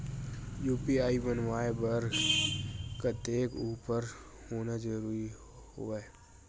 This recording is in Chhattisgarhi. यू.पी.आई बनवाय बर कतेक उमर होना जरूरी हवय?